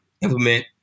implement